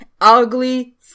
ugly